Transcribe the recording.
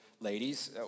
ladies